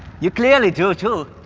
you clearly do, too!